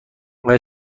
آیا